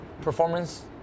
performance